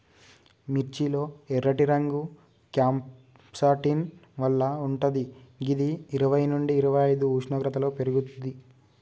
మిర్చి లో ఎర్రటి రంగు క్యాంప్సాంటిన్ వల్ల వుంటది గిది ఇరవై నుండి ఇరవైఐదు ఉష్ణోగ్రతలో పెర్గుతది